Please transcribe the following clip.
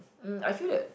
um I feel that